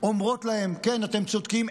אומרות להם: כן, אתם צודקים.